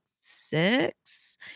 six